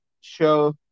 show